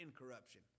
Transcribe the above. incorruption